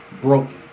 broken